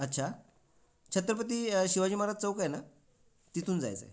अच्छा छत्रपती शिवाजी महाराज चौक आहे ना तिथून जायचं आहे